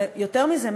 ויותר מזה,